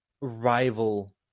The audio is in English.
rival